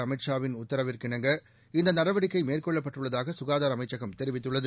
அமித் ஷா வின் உத்தரவிற்கிணங்க இந்த நடவடிக்கை மேற்கொள்ளப்பட்டுள்ளதாக சுகாதார அமைச்சகம் தெரிவித்துள்ளது